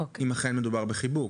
אם אכן מדובר בחיבוק.